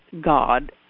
God